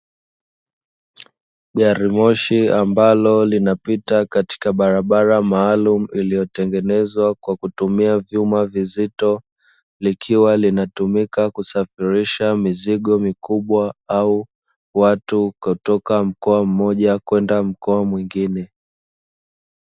Gari moshi ambalo linapita katika barabara maalumu iliyotengenezwa kwa kutumia vyuma vizito, likiwa linatumika kusafirisha mizigo mikubwa au watu kutoka mkoa mmoja kwenda mkoa mwingine.